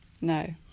no